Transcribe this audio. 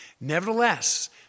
nevertheless